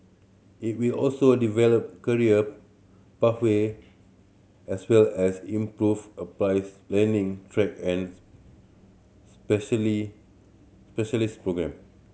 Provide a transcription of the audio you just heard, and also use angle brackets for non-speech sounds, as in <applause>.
it will also develop career pathway as well as improve applies learning track and <unintelligible> specialist programme